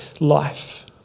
life